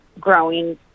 growing